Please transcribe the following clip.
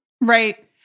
Right